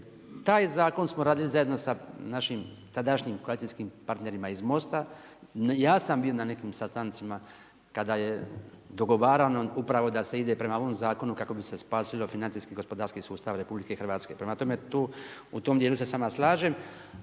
taj zakon smo radili zajedno sa našim tadašnjim koalicijskim partnerima iz MOST-a. Ja sam bio na nekim sastancima kada je dogovarano upravo da se ide prema ovom zakonu kako bi se spasilo financijski i gospodarski sustav RH. Prema tome u tom dijelu se s vama slažem